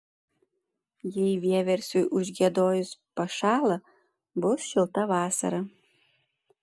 jei vieversiui užgiedojus pašąla bus šilta vasara